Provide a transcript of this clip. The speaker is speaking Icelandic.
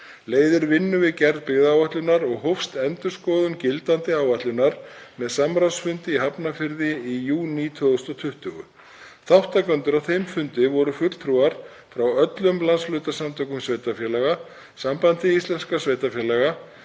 leiðir vinnu við gerð byggðaáætlunar og hófst endurskoðun gildandi áætlunar með samráðsfundi í Hafnarfirði í júní 2020. Þátttakendur á þeim fundi voru fulltrúar frá öllum landshlutasamtökum sveitarfélaga, Sambandi íslenskra sveitarfélaga,